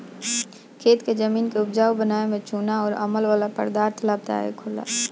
खेत के जमीन के उपजाऊ बनावे में चूना अउर अमल वाला पदार्थ लाभदायक होला